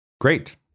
Great